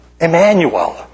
Emmanuel